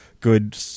good